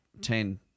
ten